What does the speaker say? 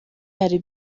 hari